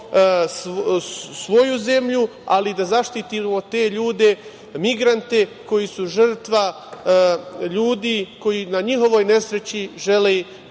svoju zemlju, ali i da zaštitimo te ljude, migrante, koji su žrtva ljudi koji na njihovoj nesreći žele